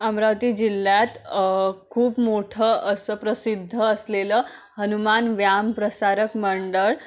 अमरावती जिल्ह्यात खूप मोठं असं प्रसिद्ध असलेलं हनुमान व्यायाम प्रसारक मंडळ